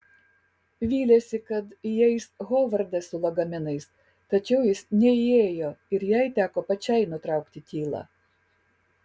vylėsi kad įeis hovardas su lagaminais tačiau jis neįėjo ir jai teko pačiai nutraukti tylą